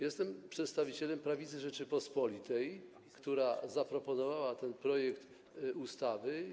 Jestem przedstawicielem Prawicy Rzeczypospolitej, która zaproponowała ten projekt ustawy.